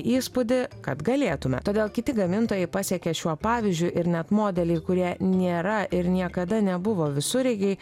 įspūdį kad galėtume todėl kiti gamintojai pasekė šiuo pavyzdžiu ir net modeliai kurie nėra ir niekada nebuvo visureigiai